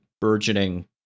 burgeoning